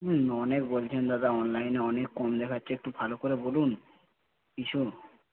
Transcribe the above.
অনেক বলছেন দাদা অনলাইনে অনেক কম দেখাচ্ছে একটু ভালো করে বলুন কিছু